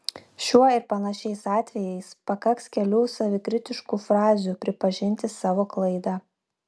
šiuo ir panašiais atvejais pakaks kelių savikritiškų frazių pripažinti savo klaidą